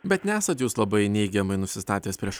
bet nesat jūs labai neigiamai nusistatęs prieš